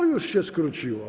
O, już się skróciło.